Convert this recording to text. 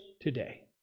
today